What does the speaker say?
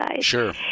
Sure